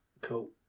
Cool